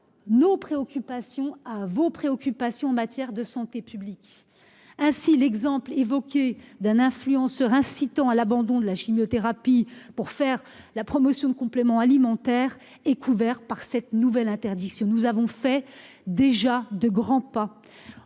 nos préoccupations à vos préoccupations en matière de santé publique. Ainsi l'exemple évoqué d'un influenceur incitant à l'abandon de la chimiothérapie pour faire la promotion de compléments alimentaires et couvert par cette nouvelle interdiction. Nous avons fait déjà de grands pas